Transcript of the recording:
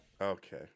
Okay